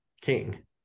king